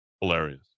Hilarious